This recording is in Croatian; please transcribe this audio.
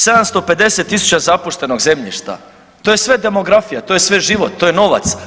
750 tisuća zapuštenog zemljišta to je sve demografija, to je sve život, to je novac.